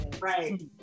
Right